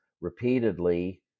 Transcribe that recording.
repeatedly